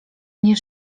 mnie